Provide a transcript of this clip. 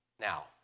Now